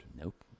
Nope